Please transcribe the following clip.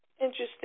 Interesting